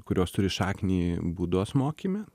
kurios turi šaknį budos mokyme